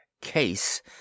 case